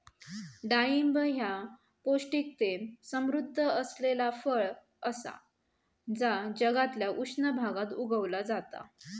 डाळिंब ह्या पौष्टिकतेन समृध्द असलेला फळ असा जा जगातल्या उष्ण भागात उगवला जाता